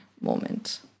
moment